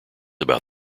about